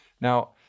Now